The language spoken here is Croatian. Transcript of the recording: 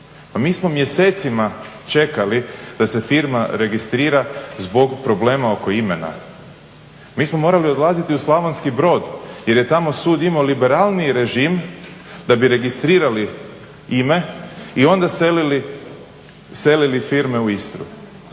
mi smo mjesecima čekali da se firma registrira zbog problema oko imena. Mi smo morali odlaziti u Slavonski Brod jer je tamo sud imao liberalniji režim da bi registrirali ime i onda selili firme u Istru.